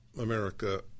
America